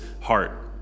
heart